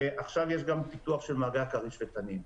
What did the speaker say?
עכשיו יש גם פיתוח של מאגרי כריש ותנין.